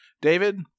David